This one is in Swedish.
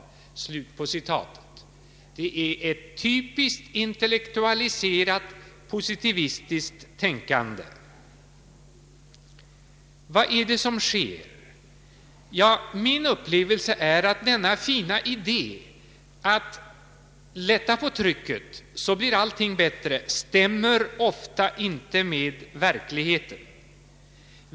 Det är ett typiskt intellektualiserat positivistiskt tänkande. Vad är det som sker? Min upplevelse är att den fina idén — lätta på trycket så blir allting bättre! — ofta inte stämmer med verkligheten.